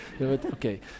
okay